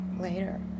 later